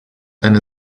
and